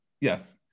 Yes